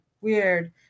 Weird